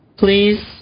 please